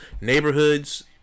Neighborhoods